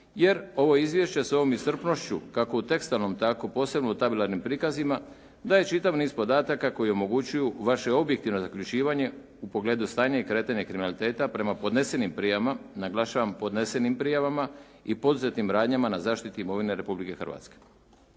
jer ovo izvješće s ovom iscrpnošću kako u tekstualnom tako posebno u tabelarnim prikazima daje čitav niz podataka koji omogućuju vaše objektivno zaključivanje u pogledu stanja i kretanja kriminaliteta prema podnesenim prijavama, naglašavam podnesenim prijavama i poduzetim radnjama na zaštiti imovine Republike Hrvatske.